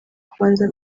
kubanza